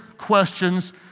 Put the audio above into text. questions